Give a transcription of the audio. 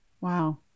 Wow